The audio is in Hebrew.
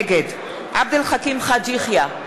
נגד עבד אל חכים חאג' יחיא,